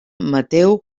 mateu